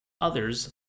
others